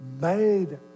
made